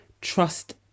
trust